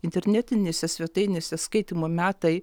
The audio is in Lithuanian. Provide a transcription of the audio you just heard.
internetinėse svetainėse skaitymo metai